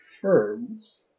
firms